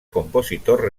compositor